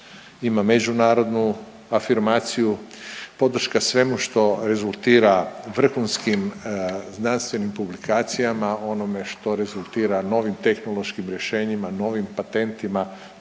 ima međunarodnu afirmaciju. Podrška svemu što rezultira vrhunskim znanstvenim publikacijama onome što rezultira novim tehnološkim rješenjima, novim patentima